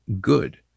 good